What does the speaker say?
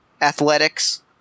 athletics